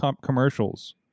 commercials